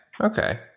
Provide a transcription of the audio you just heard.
okay